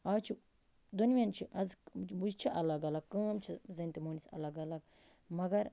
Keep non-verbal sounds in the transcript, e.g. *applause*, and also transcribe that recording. آز چھُ دۄنوٕنیٚن چھِ آز *unintelligible* چھِ الگ الگ کٲم چھِ زَنٛنہِ تہِ مہٕنِوِس الگ الگ مگر